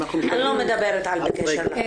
אני לא מדברת על בקשר לחקירה.